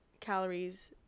calories